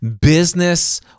business